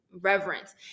reverence